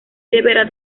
deberá